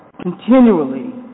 continually